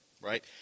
right